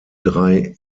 drei